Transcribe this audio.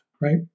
right